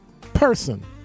person